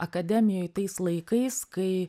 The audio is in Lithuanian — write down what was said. akademijoj tais laikais kai